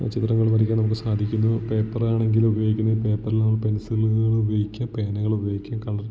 ആ ചിത്രങ്ങൾ വരയ്ക്കാൻ നമുക്ക് സാധിക്കുന്നു പേപ്പറാണെങ്കിൽ ഉപയോഗിക്കുന്ന പേപ്പറിലോ പെൻസിലുകൾ ഉപയോഗിക്കുക പേനകൾ ഉപയോഗിക്കുക കളർ